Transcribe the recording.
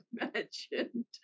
imagined